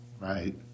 Right